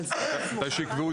מתי שיקבעו.